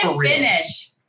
finish